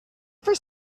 for